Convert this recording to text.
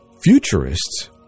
Futurists